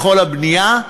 בכל הבנייה,